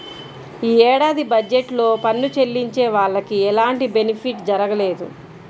యీ ఏడాది బడ్జెట్ లో పన్ను చెల్లించే వాళ్లకి ఎలాంటి బెనిఫిట్ జరగలేదు